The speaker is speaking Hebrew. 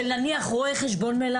שבו רואה חשבון,